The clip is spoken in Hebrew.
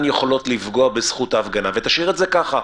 יכולות לפגוע בזכות ההפגנה ולהשאיר את זה כך.